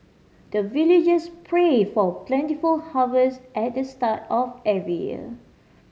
the villagers pray for plentiful harvest at the start of every year